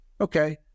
Okay